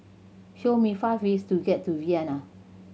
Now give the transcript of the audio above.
show me five ways to get to Vienna